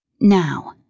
Now